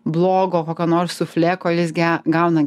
blogo kokio nors suflė kol jis gauna